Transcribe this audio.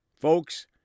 Folks